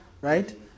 right